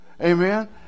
Amen